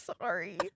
sorry